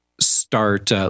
start